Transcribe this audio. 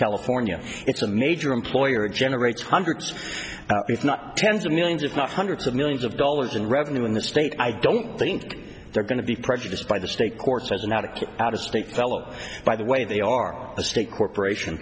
california it's a major employer it generates hundreds if not tens of millions if not hundreds of millions of dollars in revenue in this state i don't think they're going to be prejudiced by the state courts as an out of out of state fellow by the way they are the state corporation